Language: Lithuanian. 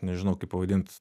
nežinau kaip pavadint